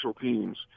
teams